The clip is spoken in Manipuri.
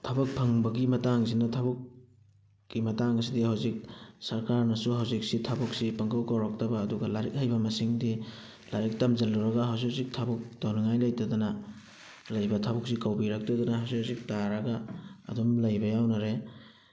ꯊꯕꯛ ꯐꯪꯕꯒꯤ ꯃꯇꯥꯡꯁꯤꯅ ꯊꯕꯛ ꯀꯤ ꯃꯇꯥꯡ ꯑꯁꯤꯗꯤ ꯍꯧꯖꯤꯛ ꯁꯔꯀꯥꯔꯅꯁꯨ ꯍꯧꯖꯤꯛꯁꯤ ꯊꯕꯛꯁꯤ ꯄꯪꯀꯧ ꯀꯧꯔꯛꯇꯕ ꯑꯗꯨꯒ ꯂꯥꯏꯔꯤꯛ ꯍꯩꯕ ꯃꯁꯤꯡꯗꯤ ꯂꯥꯏꯔꯤꯛ ꯇꯝꯁꯜꯂꯨꯔꯒ ꯍꯧꯖꯤꯛ ꯍꯧꯖꯤꯛ ꯊꯕꯛ ꯇꯧꯅꯤꯡꯉꯥꯏ ꯂꯩꯇꯗꯅ ꯂꯩꯕ ꯊꯕꯛꯁꯨ ꯀꯧꯕꯤꯔꯛꯇꯗꯅ ꯍꯧꯖꯤꯛ ꯍꯧꯖꯤꯛ ꯇꯥꯔꯒ ꯑꯗꯨꯝ ꯂꯩꯕ ꯌꯥꯎꯅꯔꯦ